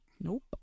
Nope